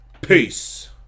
Peace